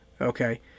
Okay